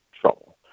trouble